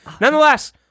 nonetheless